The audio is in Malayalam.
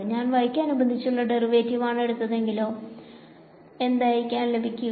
ഞാൻ y ക്ക് അനുബന്ധിച്ചുള്ള ഡെറിവേറ്റിവ് എടുത്താലോ എന്തായിക്കാം ലഭിക്കുക